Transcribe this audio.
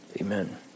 Amen